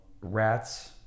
rats